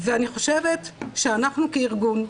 ואני חושבת שאנחנו כארגון,